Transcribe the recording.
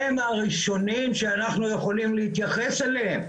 הם הראשונים שאנחנו יכולים להתייחס אליהם,